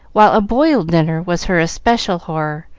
while a boiled dinner was her especial horror,